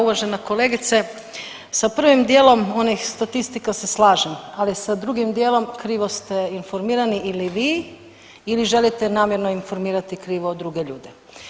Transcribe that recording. Uvažena kolegice, sa prvim dijelom onih statistika se slažem, ali sa drugim dijelom, krivo ste informirani ili vi ili želite namjerno informirati krivo druge ljude.